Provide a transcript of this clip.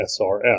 SRS